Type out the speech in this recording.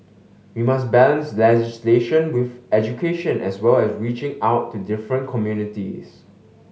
we must balance legislation with education as well as reaching out to different communities